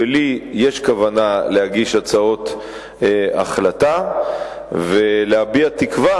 שלי יש כוונה להגיש הצעות החלטה ולהביע תקווה